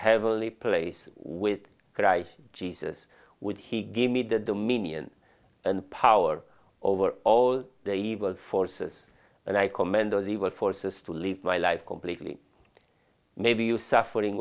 heavenly place with christ jesus would he give me the dominion and power over all the evil forces and i commend those evil forces to live my life completely maybe you suffering